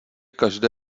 každé